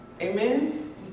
amen